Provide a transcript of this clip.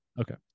Okay